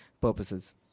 purposes